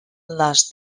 les